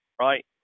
right